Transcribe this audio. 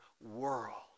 world